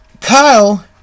Kyle